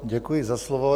Děkuji za slovo.